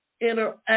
interact